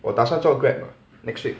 我打算做 Grab next week